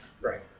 Right